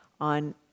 on